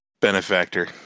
benefactor